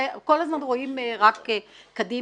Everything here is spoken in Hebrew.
וכל הזמן רואים רק קדימה.